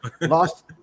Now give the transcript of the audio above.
lost